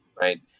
Right